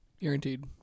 Guaranteed